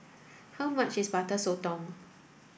how much is Butter Sotong